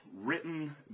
written